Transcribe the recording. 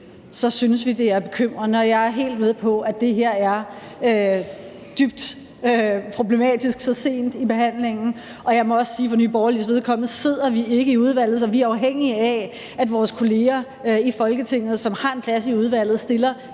synes vi, det er bekymrende. Jeg er helt med på, at det her er dybt problematisk så sent i behandlingen, og jeg må også sige, at for Nye Borgerliges vedkommende sidder vi ikke i udvalget, så vi er afhængige af, at vores kolleger i Folketinget, som har en plads i udvalget, stiller